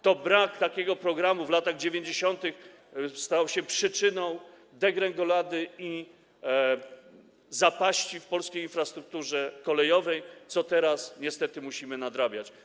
To brak takiego programu w latach 90. stał się przyczyną degrengolady i zapaści w polskiej infrastrukturze kolejowej, co teraz niestety musimy nadrabiać.